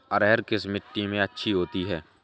अरहर किस मिट्टी में अच्छी होती है?